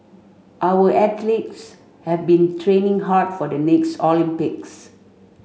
our athletes have been training hard for the next Olympics